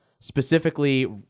specifically